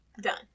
Done